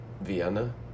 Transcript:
Vienna